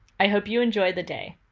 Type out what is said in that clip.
i hope you enjoy the day.